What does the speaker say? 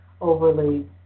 overly